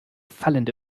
fallende